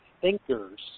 thinkers